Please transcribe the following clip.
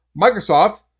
Microsoft